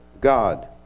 God